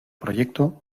proyecto